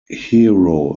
hero